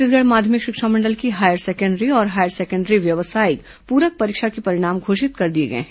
छत्तीसगढ़ माध्यमिक शिक्षा मंडल की हायर सेकेंडरी और हायर सेकेंडरी व्यवसायिक प्रक परीक्षा के परिणाम घोषित कर दिए गए हैं